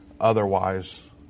otherwise